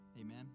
Amen